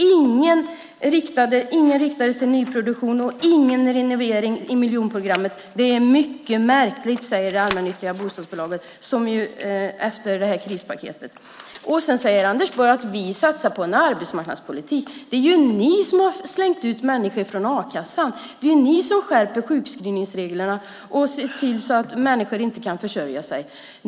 Inget riktades till nyproduktion och ingenting till renoveringen av miljonprogrammet. Det är mycket märkligt. Så säger de allmännyttiga bostadsbolagens organisation efter krispaketet. Sedan säger Anders Borg: Vi satsar på en arbetsmarknadspolitik. Det är ju ni som har slängt ut människor från a-kassan. Det är ju ni som skärper sjukskrivningsreglerna och ser till att människor inte kan försörja sig.